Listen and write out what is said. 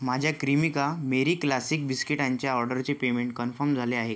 माझ्या Cremica Marie classic बिस्किटांच्या ऑर्डरचे पेमेंट कन्फम् झाले आहे